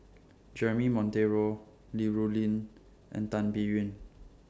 Jeremy Monteiro Li Rulin and Tan Biyun